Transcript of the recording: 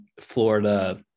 Florida